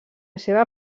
seva